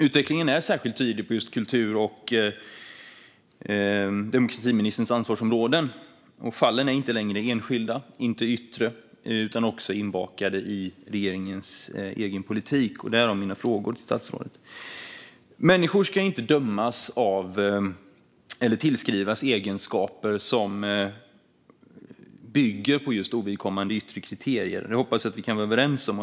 Utvecklingen är särskilt tydlig just på kultur och demokratiministerns ansvarsområden, och det handlar inte längre om enskilda yttre fall utan om något som är inbakat i regeringens egen politik - därav mina frågor till statsrådet. Människor ska inte tillskrivas egenskaper som bygger på ovidkommande yttre kriterier. Det hoppas jag att vi kan vara överens om.